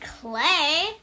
clay